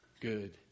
good